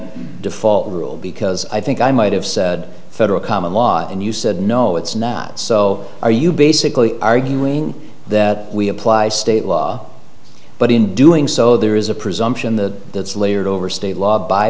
default rule because i think i might have said federal common law and you said no it's not so are you basically arguing that we apply state law but in doing so there is a presumption that that's layered over state law by